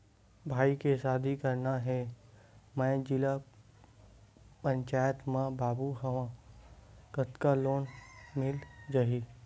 भाई के शादी करना हे मैं जिला पंचायत मा बाबू हाव कतका लोन मिल जाही?